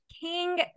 King